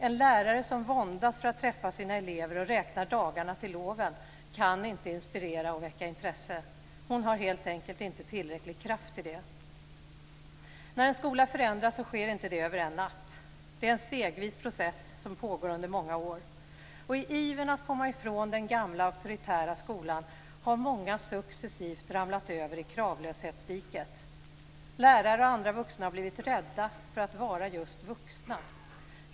En lärare som våndas för att träffa sina elever och räknar dagarna till loven kan inte inspirera och väcka intresse. Hon har helt enkelt inte tillräcklig kraft till det. När en skola förändras sker det inte över en natt. Det är en process som sker stegvis och pågår under många år. I ivern att komma ifrån den gamla auktoritära skolan har många successivt ramlat över i kravlöshetsdiket. Lärare och andra vuxna har blivit rädda för att vara just vuxna.